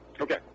Okay